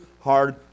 hard